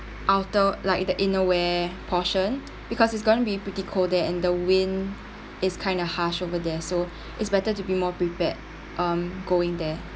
ultra like the inner wear portion because it's going to be pretty cold there and the wind is kind of harsh over there so it's better to be more prepared um going there